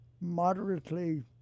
moderately